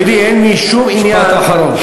ולי אין שום עניין, משפט אחרון.